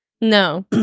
No